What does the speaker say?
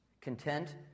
content